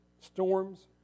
storms